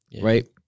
right